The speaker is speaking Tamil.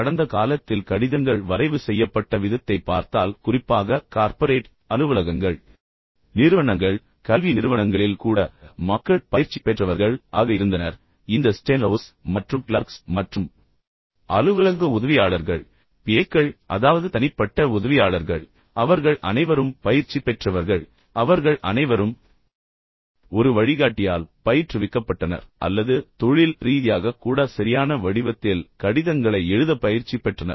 கடந்த காலத்தில் கடிதங்கள் வரைவு செய்யப்பட்ட விதத்தைப் பார்த்தால் குறிப்பாக கார்ப்பரேட் அலுவலகங்கள் நிறுவனங்கள் கல்வி நிறுவனங்களில் கூட மக்கள் பயிற்சி பெற்றவர்கள் ஆக இருந்தனர் இந்த ஸ்டென்ஹவுஸ் மற்றும் கிளார்க்ஸ் மற்றும் அலுவலக உதவியாளர்கள் பிஏக்கள் அதாவது தனிப்பட்ட உதவியாளர்கள் அவர்கள் அனைவரும் பயிற்சி பெற்றவர்கள் அவர்கள் அனைவரும் ஒரு வழிகாட்டியால் பயிற்றுவிக்கப்பட்டனர் அல்லது தொழில் ரீதியாக கூட சரியான வடிவத்தில் கடிதங்களை எழுத பயிற்சி பெற்றனர்